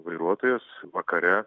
vairuotojas vakare